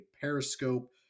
periscope